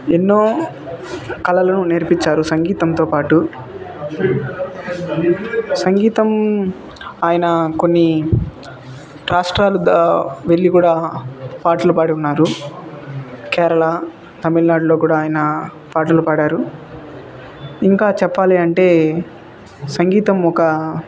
ఎన్నో కళలను నేర్పించారు సంగీతంతో పాటు సంగీతం ఆయన కొన్ని రాష్ట్రాలు దా వెళ్లి కూడా పాటలు పాడి ఉన్నారు కేరళ తమిళనాడులో కూడా ఆయన పాటలు పాడారు ఇంకా చెప్పాలి అంటే సంగీతం ఒక